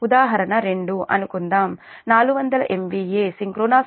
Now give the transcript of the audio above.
ఉదాహరణ 2 అనుకుందాం 400 MVA synchronous మెషీన్కు H1 4